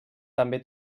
també